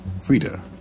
Frida